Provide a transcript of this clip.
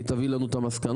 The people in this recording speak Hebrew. היא תביא לנו את המסקנות,